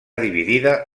dividida